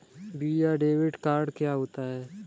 Visa debit card क्या होता है?